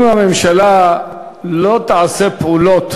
אם הממשלה לא תעשה פעולות